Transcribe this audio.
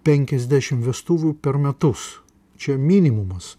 penkiasdešimt vestuvių per metus čia minimumas